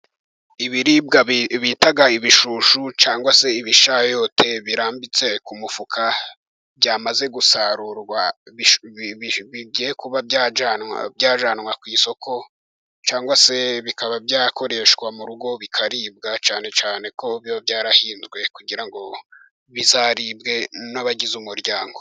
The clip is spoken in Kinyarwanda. Ibiribwa bitaga ibishushu cyangwa se ibishayote birambitse ku mufuka byamaze gusarurwa, bigiye kuba byajyanwa byajyanwa ku isoko cyangwa se bikaba byakoreshwa mu rugo bikaribwa cyane cyane ko biba byarahinzwe kugira ngo bizaribwe n'abagize umuryango.